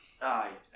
aye